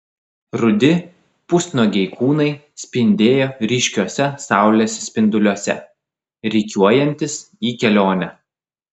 rudi pusnuogiai kūnai spindėjo ryškiuose saulės spinduliuose rikiuojantis į kelionę